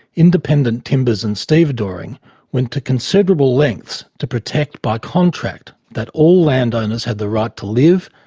independent timbers and stevedoring went to considerable lengths to protect by contract that all landowners had the right to live,